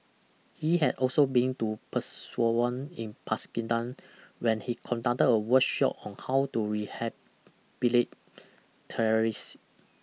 he had also been to Peshawar in Pakistan where he conducted a workshop on how to rehabilitate terrorists